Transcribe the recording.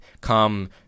come